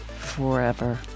Forever